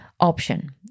Option